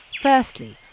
Firstly